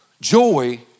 Joy